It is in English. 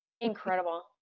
Incredible